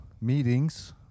meetings